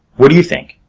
what do you think?